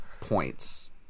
points